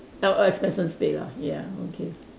all all expenses paid ah ya okay